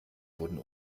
wurden